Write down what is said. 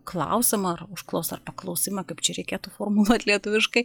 klausimą ar užklausą ar paklausimą kaip čia reikėtų formuluot lietuviškai